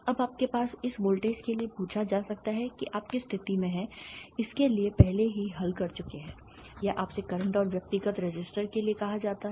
अब आपसे इस वोल्टेज के लिए पूछा जा सकता है कि आप किस स्थिति में हैं इसके लिए पहले ही हल कर चुके हैं या आपसे करंट और व्यक्तिगत रेसिस्टर के लिए कहा जा सकता है